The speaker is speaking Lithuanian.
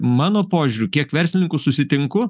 mano požiūriu kiek verslininkų susitinku